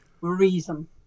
reason